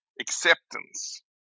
acceptance